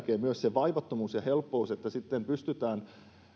vaivattomuus ja helppous että pystytään